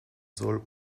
soll